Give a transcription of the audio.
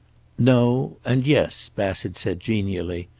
no and yes, bassett said genially.